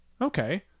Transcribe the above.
Okay